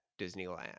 Disneyland